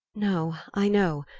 no i know.